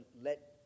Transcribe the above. let